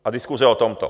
A diskuse o tomto.